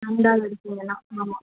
ரெண்டாக எடுத்தீங்கனால் ஆமாம்